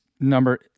number